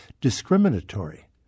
discriminatory